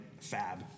fab